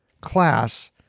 class